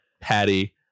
Patty